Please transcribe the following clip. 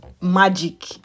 magic